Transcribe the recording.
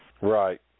Right